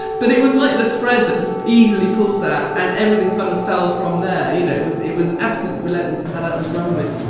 but it was like the thread that was easily pulled at, and everything kind of fell from there. you know, it was it was absolutely relentless how that was run with